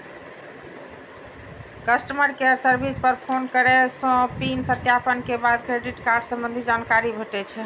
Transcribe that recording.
customer care service पर phone करै सं पिन सत्यापन के बाद क्रेडिट कार्ड संबंधी जानकारी भेटै छै